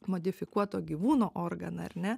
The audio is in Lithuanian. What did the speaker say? modifikuoto gyvūno organą ar ne